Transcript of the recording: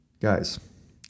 guys